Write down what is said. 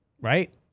right